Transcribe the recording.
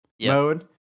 mode